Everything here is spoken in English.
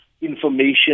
information